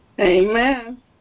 Amen